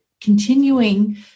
continuing